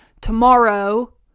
Tomorrow